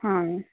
ହଁ